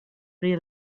pri